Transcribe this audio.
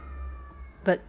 but